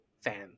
fan